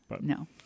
No